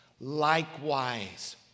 likewise